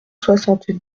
soixante